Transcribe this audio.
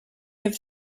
have